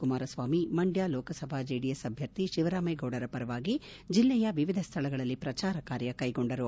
ಕುಮಾರ ಸ್ವಾಮಿ ಮಂಡ್ಯ ಲೋಕಸಭಾ ಜೆಡಿಎಸ್ ಅಭ್ಯರ್ಥಿ ಶಿವರಾಮೇಗೌಡರ ಪರವಾಗಿ ಜೆಲ್ಲೆಯ ವಿವಿಧ ಸ್ಥಳಗಳಲ್ಲಿ ಪ್ರಚಾರ ಕಾರ್ಕ ಕೈಗೊಂಡರು